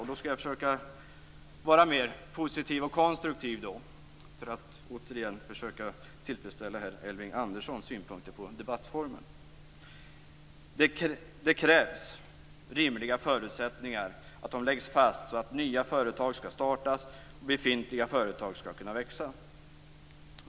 Jag skall försöka att vara mer positiv och konstruktiv, för att återigen försöka tillfredsställa herr Elving Andersson, som hade synpunkter på debattformen. Det krävs att rimliga förutsättningar läggs fast så att nya företag kan startas och befintliga företag kan växa.